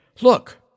Look